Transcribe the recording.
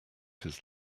his